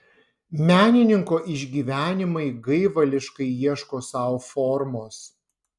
menininko išgyvenimai gaivališkai ieško sau formos